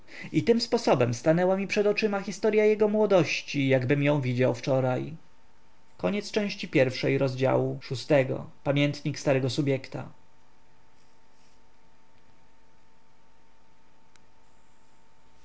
i tym sposobem stanęła mi przed oczyma historya jego młodości jakbym ją widział wczoraj